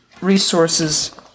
Resources